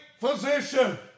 Physician